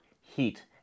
Heat